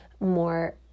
More